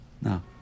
No